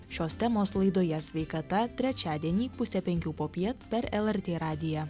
šios temos laidoje sveikata trečiadienį pusę penkių popiet per lrt radiją